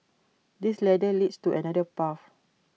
this ladder leads to another path